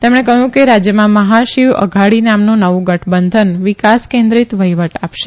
તેમણે કહયું કે રાજયમાં મહાશિવ અઘાડી નામનું નવું ગઠબંધન વિકાસ કેન્દ્રિત વહીવટ આપશે